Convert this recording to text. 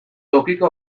tokiko